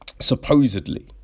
supposedly